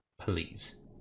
please